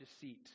deceit